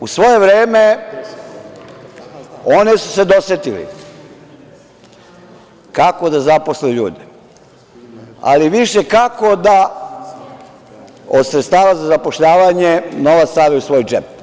U svoje vreme oni su se dosetili kako da zaposle ljude, ali više kako da od sredstava za zapošljavanje novac stave u svoj džep.